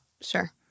Sure